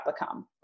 become